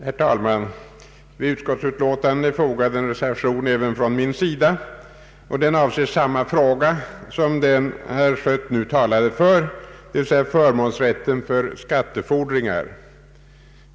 Herr talman! Vid utskottsutlåtandet är fogad en reservation även från min sida, och den avser samma fråga som den herr Schött nyss talade om, dvs. förmånsrätten för skattefordringar.